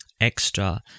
extra